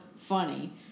funny